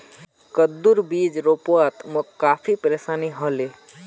कद्दूर बीज रोपवात मोक काफी परेशानी ह ले